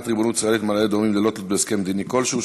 ריבונות ישראלית על מעלה-אדומים ללא תלות בהסכם מדיני כלשהו,